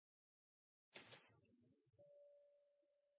kanskje